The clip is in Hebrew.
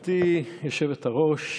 גברתי היושבת-ראש,